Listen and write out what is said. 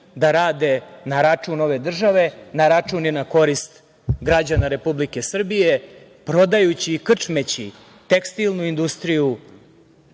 da rade na račun ove države, na račun i na korist građana Republike Srbije, prodajući i krčmeći tekstilnu industriju,